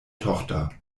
tochter